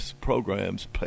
programs